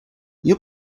you